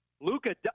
Luca